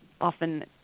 often